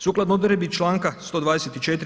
Sukladno odredbi Članka 124.